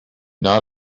not